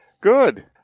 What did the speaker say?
Good